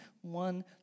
one